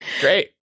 Great